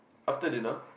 after dinner